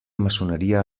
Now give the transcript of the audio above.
maçoneria